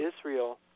Israel